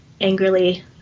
angrily